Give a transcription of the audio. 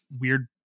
weird